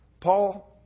Paul